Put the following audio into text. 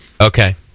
Okay